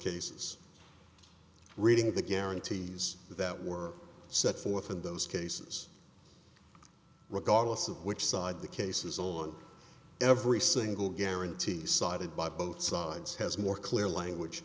cases reading the guarantees that were set forth in those cases regardless of which side the case is on every single guarantee cited by both sides has more clear language